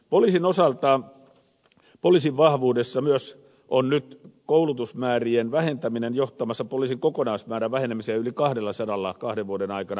poliisin osalta poliisin vahvuudessa on nyt myös koulutusmäärien vähentäminen johtamassa poliisin kokonaismäärän vähenemiseen yli kahdellasadalla kahden vuoden aikana